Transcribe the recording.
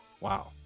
Wow